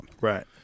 Right